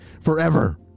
forever